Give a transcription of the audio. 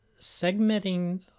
segmenting